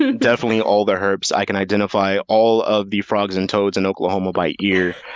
ah definitely all the herps i can identify all of the frogs and toads in oklahoma by ear.